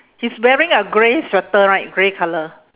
he's wearing a grey sweater right grey colour